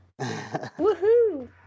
Woohoo